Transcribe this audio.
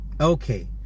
Okay